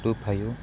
two five